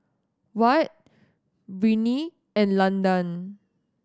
Wyatt Brittny and Landan